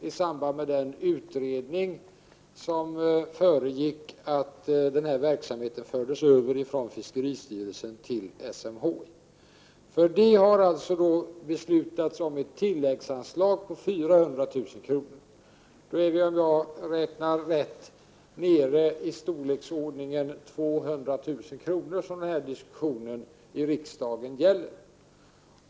i samband med den utredning som föregick överföringen av denna verksamhet från fiskeristyrelsen till SMHI. För detta har det beslutats om ett tilläggsanslag på 400 000 kr. Då är man, om jag har räknat rätt, nere i ett belopp i storleksordningen 200 000 kr. när det gäller den fråga som diskussionen i riksdagen handlar om.